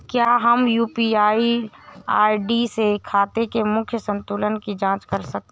क्या हम UPI ID से खाते के मूख्य संतुलन की जाँच कर सकते हैं?